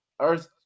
earth